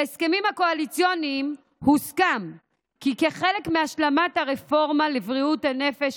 בהסכמים הקואליציוניים הוסכם כי כחלק מהשלמת הרפורמה לבריאות הנפש,